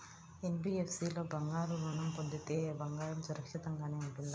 NBFC లో బంగారు ఋణం పొందితే బంగారం సురక్షితంగానే ఉంటుందా?